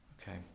okay